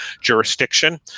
jurisdiction